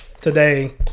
today